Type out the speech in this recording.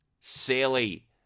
silly